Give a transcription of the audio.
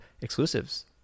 exclusives